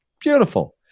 Beautiful